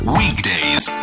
weekdays